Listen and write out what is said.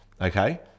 Okay